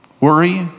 worry